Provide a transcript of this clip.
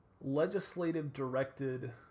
legislative-directed